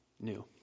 new